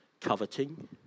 coveting